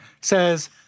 says